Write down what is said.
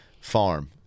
farm